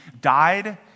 died